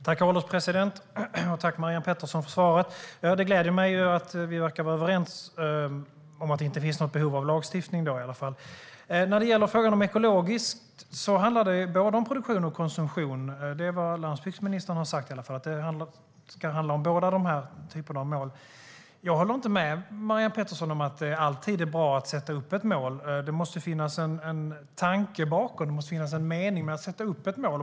Herr ålderspresident! Tack, Marianne Pettersson, för svaret! Det gläder mig att vi verkar vara överens om att det inte finns något behov av lagstiftning. När det gäller begreppet ekologisk handlar det om både produktion och konsumtion. Det är vad landsbygdsministern har sagt i alla fall. Jag håller inte med Marianne Pettersson om att det alltid är bra att sätta upp ett mål. Det måste finnas en tanke bakom och mening med att sätta upp ett mål.